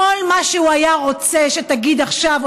כל מה שהוא היה רוצה שתגיד עכשיו,